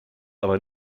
aber